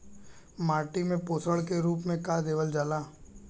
माटी में पोषण के रूप में का देवल जाला?